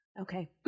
Okay